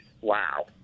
Wow